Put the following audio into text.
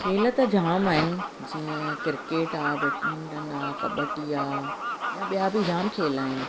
खेल त जामु आहिनि जीअं किरकेट आहे बैटमिंटन आहे कबडी आहे यां ॿिया बि जामु खेल आहिनि